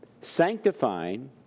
sanctifying